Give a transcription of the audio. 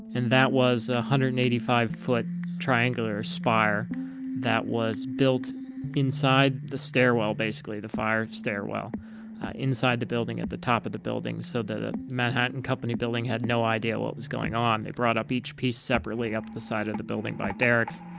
and that was one ah hundred and eighty five foot triangular spire that was built inside the stairwell basically, the fire stairwell inside the building, at the top of the building. so the manhattan company building had no idea what was going on. they brought up each piece separately up the side of the building by derricks,